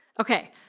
Okay